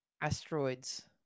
Asteroids